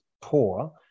poor